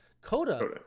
Coda